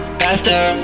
faster